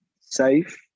safe